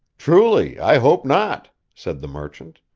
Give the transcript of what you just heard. truly, i hope not said the merchant.